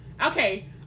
okay